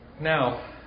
Now